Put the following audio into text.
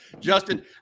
Justin